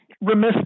remiss